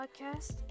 podcast